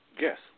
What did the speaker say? Yes